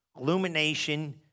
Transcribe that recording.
Illumination